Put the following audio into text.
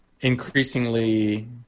increasingly